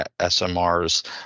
SMRs